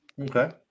Okay